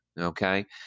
Okay